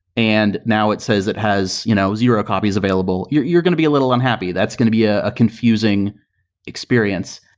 and now it says it has you know zero copies available. you're you're going to be a little unhappy. that's going to be a confusing experience.